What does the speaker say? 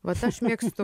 vat aš mėgstu